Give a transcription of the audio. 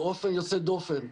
באופן יוצא דופן,